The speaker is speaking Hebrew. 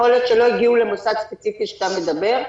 יכול להיות שלא הגיעו למוסד ספציפי שאתה מדבר.